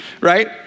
right